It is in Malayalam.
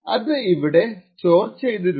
അത് ഇവിടെ സ്റ്റോർstore ചെയ്തിട്ടുണ്ട്